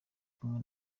kumwe